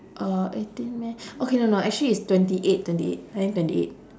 uh eighteen meh okay no no actually it's twenty eight twenty eight I think twenty eight